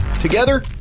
Together